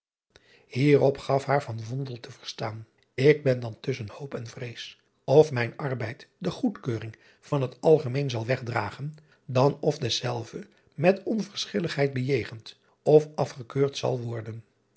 ierop gaf haar te verstaan k ben dan tusschen hoop en vrees of mijn arbeid de goedkeuring van het algemeen zal wegdragen dan of dezelve met onverschilligheid bejegend of afgekeurd zal worden